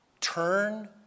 turn